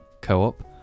co-op